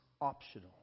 optional